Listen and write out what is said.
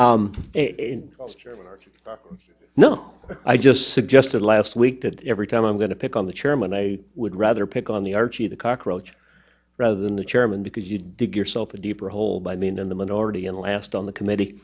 know i just suggested last week that every time i'm going to pick on the chairman i would rather pick on the archie the cockroach rather than the chairman because you dig yourself a deeper hole by me and in the minority in the last on the committee